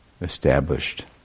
established